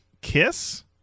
Kiss